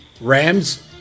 Rams